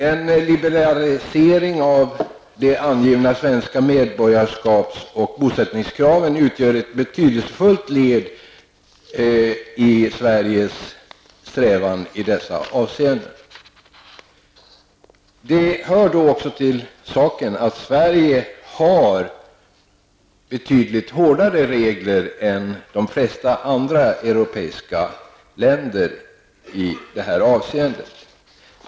En liberalisering av de angivna svenska medborgarskaps och bosättningskraven utgör ett betydelsefullt led i Sveriges strävanden i dessa avseenden. Det hör också till saken att Sverige har betydligt hårdare regler än de flesta andra europeiska länder i det här avseendet.